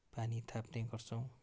पानी थाप्ने गर्छौँ